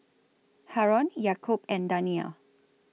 Haron Yaakob and Danial